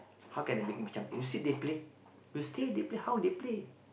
how can they be champion you see they play you see they play how they play